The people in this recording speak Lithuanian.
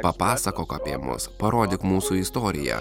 papasakok apie mus parodyk mūsų istoriją